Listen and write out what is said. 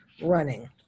running